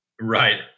Right